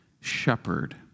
shepherd